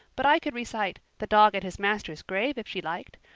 but i could recite, the dog at his master's grave if she liked.